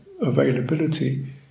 availability